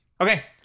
Okay